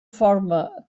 forma